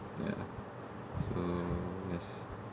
ya so yes